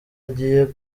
agiye